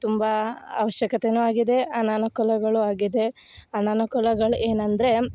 ತುಂಬ ಅವಶ್ಯಕತೇನೂ ಆಗಿದೆ ಅನಾನುಕೂಲಗಳು ಆಗಿದೆ ಅನಾನುಕೂಲಗಳು ಏನಂದರೆ